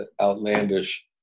outlandish